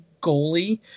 goalie